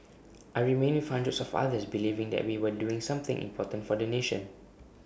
I remained with hundreds of others believing that we were doing something important for the nation